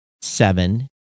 seven